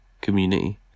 community